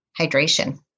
hydration